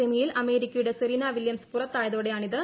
സെമിയിൽ അമേരിക്കയുട്ടെ വില്യംസ് പുറത്തായതോടെയാണിത്